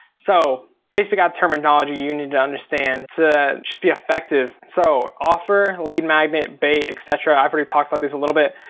so, facebook ad terminology you need to understand to just be effective. so offer, lead magnet, bait, et cetera. i've already talked about these a little bit.